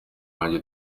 wanjye